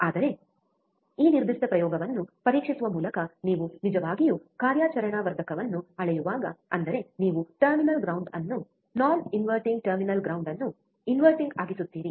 ಆದರೆ ಈ ನಿರ್ದಿಷ್ಟ ಪ್ರಯೋಗವನ್ನು ಪರೀಕ್ಷಿಸುವ ಮೂಲಕ ನೀವು ನಿಜವಾಗಿಯೂ ಕಾರ್ಯಾಚರಣಾ ವರ್ಧಕವನ್ನು ಅಳೆಯುವಾಗ ಅಂದರೆ ನೀವು ಟರ್ಮಿನಲ್ ಗ್ರೌಂಡ್ ಅನ್ನು ನಾನ್ ಇನ್ವರ್ಟಿಂಗ್ ಟರ್ಮಿನಲ್ ಗ್ರೌಂಡ್ ಅನ್ನು ಇನ್ವರ್ಟಿಂಗ್ ಆಗಿಸುತ್ತೀರಿ